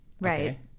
Right